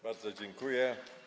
Bardzo dziękuję.